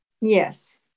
Yes